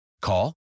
Call